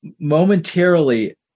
momentarily